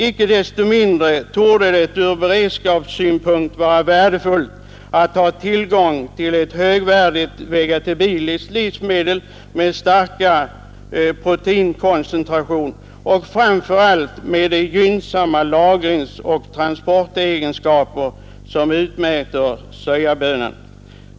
Icke dessto mindre torde det ur beredskapssynpunkt vara värdefullt att ha tillgång till ett högvärdigt vegetabiliskt livsmedel med den starka proteinkoncentration och framför allt med de gynnsamma lagringsoch transportegenskaper som utmärker sojabönan.